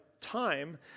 time